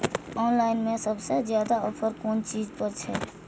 Online में सबसे ज्यादा ऑफर कोन चीज पर छे?